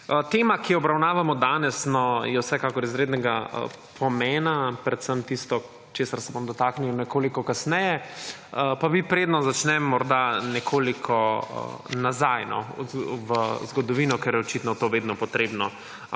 Tema, ki jo obravnavamo danes, je vsekakor izrednega pomena, predvsem tisto, česar se bom dotaknil nekoliko kasneje. Pa bi, preden začnem, šel morda nekoliko nazaj v zgodovino, ker je očitno to vedno potrebno